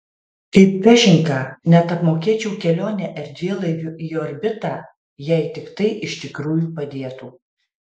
kaip kažin ką net apmokėčiau kelionę erdvėlaiviu į orbitą jei tik tai iš tikrųjų padėtų